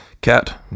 Cat